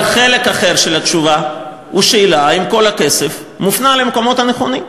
אבל חלק אחר של התשובה הוא השאלה אם כל הכסף מופנה למקומות הנכונים.